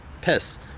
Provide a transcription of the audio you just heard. piss